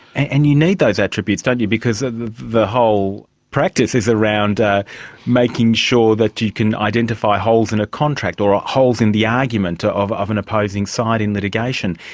and you need those attributes, don't you, because ah the the whole practice is around ah making sure that you can identify holes in a contract or ah holes in the argument of of an opposing side in litigation.